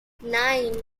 nine